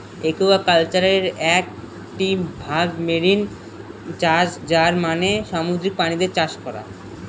একুয়াকালচারের একটি ভাগ মেরিন চাষ যার মানে সামুদ্রিক প্রাণীদের চাষ করা